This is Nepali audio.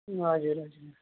हजुर हजुर हजुर